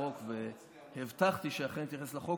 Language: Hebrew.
והבטחתי שאתייחס לחוק,